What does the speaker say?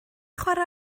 chwarae